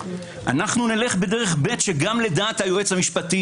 אנו נלך בדרך ב' שגם לדעת היועץ המשפטי